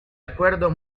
acuerdo